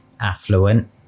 affluent